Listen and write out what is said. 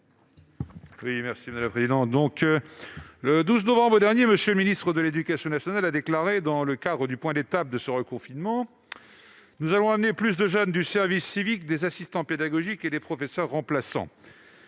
est à M. Éric Bocquet. Le 12 novembre dernier, M. le ministre de l'éducation nationale déclarait, dans le cadre du point d'étape du reconfinement :« Nous allons amener plus de jeunes du service civique, des assistants pédagogiques et des professeurs remplaçants.